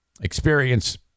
experience